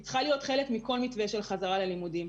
היא צריכה להיות חלק מכל מתווה של חזרה ללימודים.